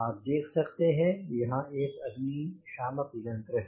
आप देख सकते हैं यहाँ एक अग्निशामक यंत्र है